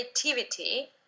creativity